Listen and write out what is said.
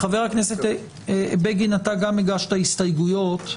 חבר הכנסת בגין, אתה גם הגשת הסתייגויות.